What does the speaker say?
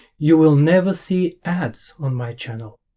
you will never see ads on my channel,